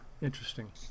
interesting